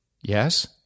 Yes